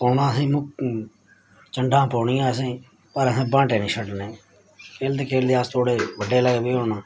पौना असेंगी चंडां पौनियां असेंगी पर असें बांह्टे निं छड्डने खेलदे खेलदे अस थोह्ड़े बड्डे लग्गी पे होन